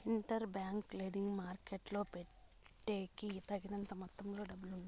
inter bank lending మార్కెట్టులో పెట్టేకి తగిన మొత్తంలో డబ్బులు ఉండాలి